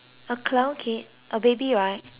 a baby right